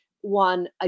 One